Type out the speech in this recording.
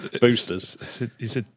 boosters